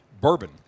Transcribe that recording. bourbon